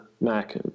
mac